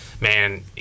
man